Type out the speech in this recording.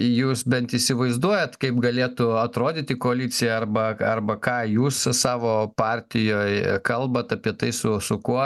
jūs bent įsivaizduojat kaip galėtų atrodyti koalicija arba arba ką jūs savo partijoj kalbat apie tai su su kuo